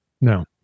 No